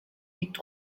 liegt